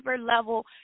level